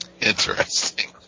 Interesting